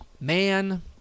man